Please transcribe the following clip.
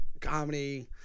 comedy